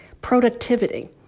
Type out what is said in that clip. Productivity